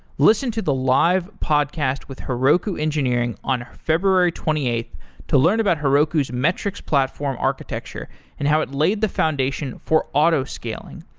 listen to the live podcast with heroku engineering on february twenty eighth to learn about heroku's metrics platform architecture and how it laid the foundation for auto scaling.